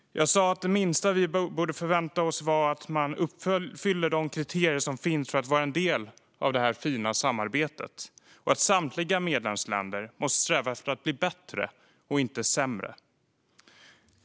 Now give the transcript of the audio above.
Jag sa att det minsta vi borde förvänta oss var att man uppfyller de kriterier som finns för att vara en del av det här fina samarbetet och att samtliga medlemsländer måste sträva efter att bli bättre och inte sämre.